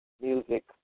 music